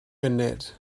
funud